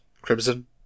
Crimson